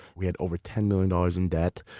we had over ten million dollars in debt.